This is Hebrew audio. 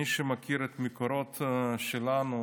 מי שמכיר את המקורות שלנו,